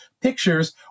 pictures